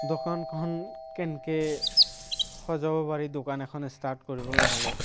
দোকানখন কেনেকৈ সজাব পাৰি দোকান এখন ষ্টাৰ্ট কৰিবলৈ হ'লে